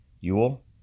Yule